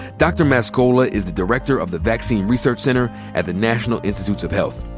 dr. mascola is the director of the vaccine research center at the national institutes of health.